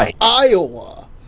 iowa